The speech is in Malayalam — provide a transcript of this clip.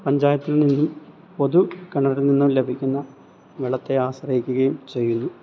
പഞ്ചായത്തിൽ നിന്നും പൊതു കെണറിൽ നിന്നും ലഭിക്കുന്ന വെള്ളത്തെ ആശ്രയിക്കുകയും ചെയ്യുന്നു